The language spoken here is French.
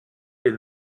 est